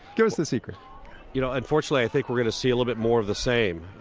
give us the secret you know, unfortunately i think we're going to see a little bit more of the same.